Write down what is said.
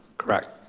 correct.